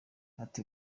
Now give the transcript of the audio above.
ati